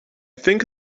think